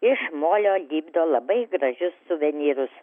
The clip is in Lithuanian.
iš molio lipdo labai gražius suvenyrus